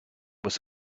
was